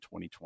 2020